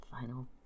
Final